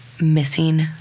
missing